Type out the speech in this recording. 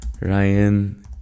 Ryan